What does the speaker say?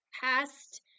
past